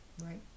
Right